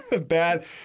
Bad